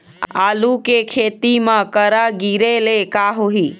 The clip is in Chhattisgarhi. आलू के खेती म करा गिरेले का होही?